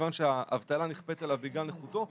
כיוון שהאבטלה נכפית עליו בגלל נכותו,